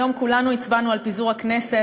היום כולנו הצבענו על פיזור הכנסת,